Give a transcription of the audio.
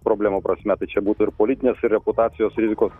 problemų prasme tai čia būtų ir politinės ir reputacijos rizikos